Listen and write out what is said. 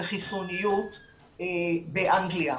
וחיסוניות באנגליה,